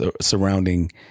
surrounding